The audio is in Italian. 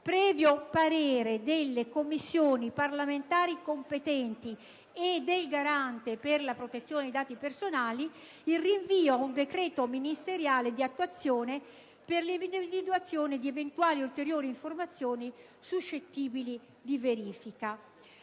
previo parere delle Commissioni parlamentari competenti e del Garante per la protezione dei dati personali, il rinvio ad un decreto ministeriale di attuazione per l'individuazione di eventuali ulteriori informazioni suscettibili di verifica.